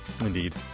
indeed